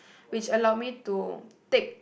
which allowed me to take